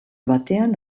batean